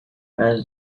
and